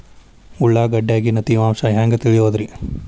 ಉಳ್ಳಾಗಡ್ಯಾಗಿನ ತೇವಾಂಶ ಹ್ಯಾಂಗ್ ತಿಳಿಯೋದ್ರೇ?